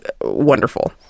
wonderful